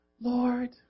Lord